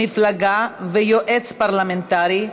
מפלגה ויועץ פרלמנטרי),